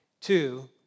Two